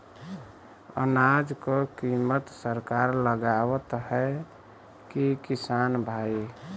अनाज क कीमत सरकार लगावत हैं कि किसान भाई?